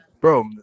Bro